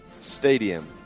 Stadium